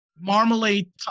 marmalade